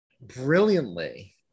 brilliantly